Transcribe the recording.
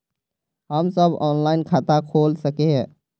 हम सब ऑनलाइन खाता खोल सके है?